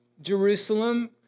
Jerusalem